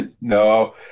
no